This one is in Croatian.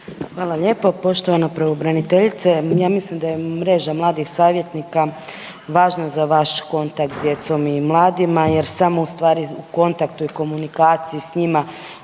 Hvala lijepo poštovana pravobraniteljice. Ja mislim da je Mreža mladih savjetnika važna za vaš kontakt s djecom i mladima jer samo ustvari u kontaktu i komunikaciji s njima